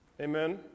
Amen